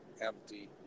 empty